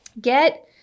get